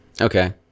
Okay